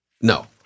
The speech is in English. No